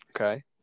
okay